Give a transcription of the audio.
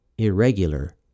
irregular